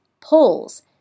polls